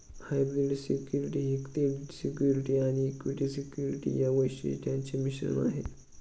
hybrid security ही credit security आणि equity security या वैशिष्ट्यांचे मिश्रण आहे